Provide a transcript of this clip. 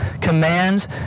commands